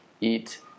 eat